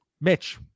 Mitch